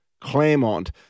Claremont